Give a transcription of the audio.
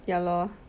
ya lor